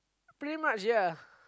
pretty much ya